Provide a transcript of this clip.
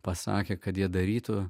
pasakė kad jie darytų